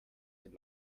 dem